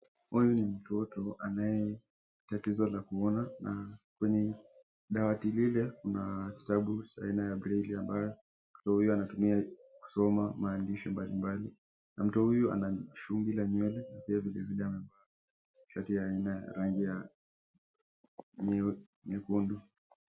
Huyu ni mtoto anaye tatizo la kuona na kwenye dawati lile kuna kitabu cha aina ya braille ambayo mtoto huyu anatumia kusoma maandishi mbalimbali. Mtoto ana shungi la nywele pia amevaa shati ya aina ya rangi ya nyekundu.